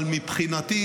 אבל מבחינתי,